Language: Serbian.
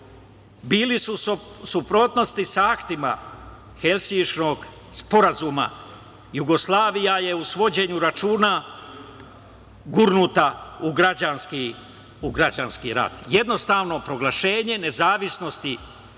bili su u suprotnosti sa aktima Helsinškog sporazuma. Jugoslavija je u svođenju računa gurnuta u građanski rat. Jednostrano proglašenje nezavisnosti